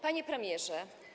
Panie Premierze!